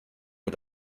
mit